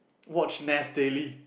watch Nas-Daily